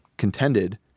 contended